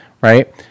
right